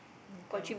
income